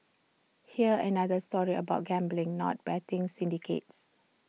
here's another story about gambling not betting syndicates